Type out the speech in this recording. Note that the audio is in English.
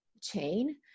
chain